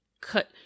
cut